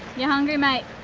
you hungry mate?